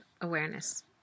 awareness